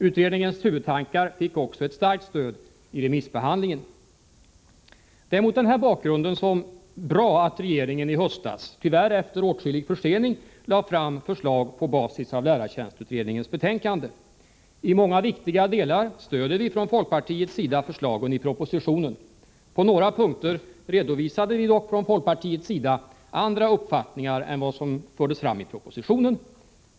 Utredningens huvudtankar fick också ett starkt stöd i remissbehandlingen. Det är mot denna bakgrund bra att regeringen i höstas, tyvärr efter åtskillig försening, lade fram förslag på basis av lärartjänstutredningens betänkande. I många viktiga delar stödjer vi från folkpartiets sida förslagen i propositionen. På några punkter har vi dock från folkpartiets sida redovisat andra uppfattningar än vad som förts fram i propositionen.